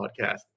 podcast